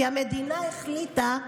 כי המדינה החליטה: